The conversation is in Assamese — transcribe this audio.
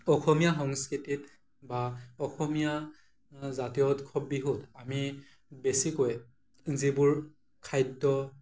অসমীয়া সংস্কৃতিত বা অসমীয়া জাতীয় উৎসৱ বিহুত আমি বেছিকৈ যিবোৰ খাদ্য